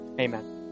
Amen